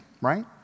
right